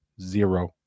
Zero